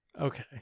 okay